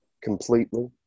completely